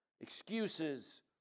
excuses